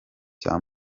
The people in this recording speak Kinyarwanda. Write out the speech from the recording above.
cya